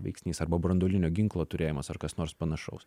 veiksnys arba branduolinio ginklo turėjimas ar kas nors panašaus